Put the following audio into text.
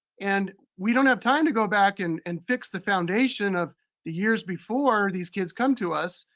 and we don't have time to go back and and fix the foundation of the years before these kids come to us.